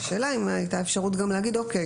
השאלה היא: האם הייתה אפשרות גם להגיד: "אוקיי,